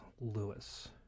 Lewis